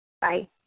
Bye